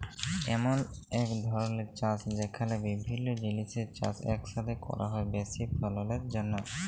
ইমল ইক ধরলের চাষ যেখালে বিভিল্য জিলিসের চাষ ইকসাথে ক্যরা হ্যয় বেশি ফললের জ্যনহে